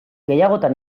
gehiagotan